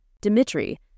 Dimitri